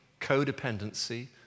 codependency